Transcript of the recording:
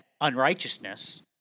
unrighteousness